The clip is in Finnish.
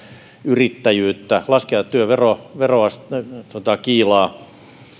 yrittäjyyttä laskea työn verokiilaa olemme